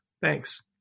Thanks